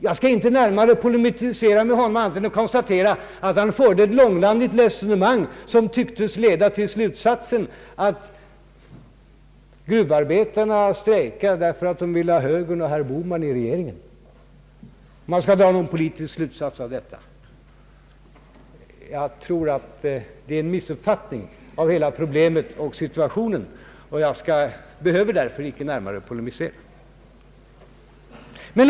Jag skall inte närmare polemisera mot honom på annat sätt än att konstatera att han förde ett långrandigt resonemang som tycktes leda till slutsatsen att gruvarbetarna strejkar därför att de vill ha moderata samlingspartiet och herr Bohman i regeringen — för att nu dra en politisk slutsats av hans anförande. Jag tror att det är en missuppfattning av hela problemet, och jag behöver därför inte närmare polemisera mot honom.